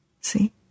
See